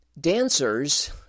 dancers